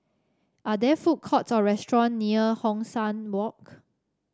are there food courts or restaurant near Hong San Walk